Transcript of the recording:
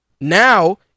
Now